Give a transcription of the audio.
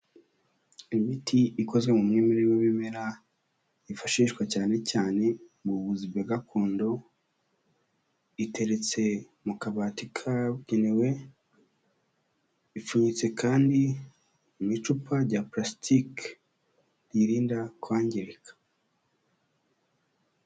Imiti ikozwe mu mwimerere w'ibimera, yifashishwa cyane cyane mu buvuzi bwa gakondo, iteretse mu kabati kabugenewe, ipfunyitse kandi mu icupa rya parasitiki riyirinda kwangirika.